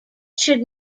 should